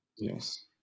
Yes